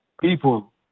people